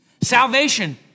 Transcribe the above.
Salvation